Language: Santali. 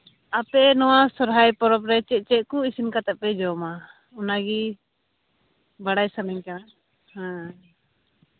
ᱟᱯᱮ ᱱᱚᱣᱟ ᱥᱚᱨᱦᱟᱭ ᱯᱚᱨᱚᱵᱽ ᱨᱮ ᱪᱮᱫ ᱪᱮᱫ ᱠᱚ ᱤᱥᱤᱱ ᱠᱟᱛᱮ ᱯᱮ ᱡᱚᱢᱼᱟ ᱚᱱᱟᱜᱮ ᱵᱟᱲᱟᱭ ᱥᱟᱱᱟᱧ ᱠᱟᱱᱟ ᱦᱮᱸ